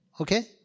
Okay